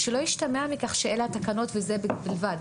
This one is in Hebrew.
שלא ישתמע מכך שאלה התקנות וזה בלבד.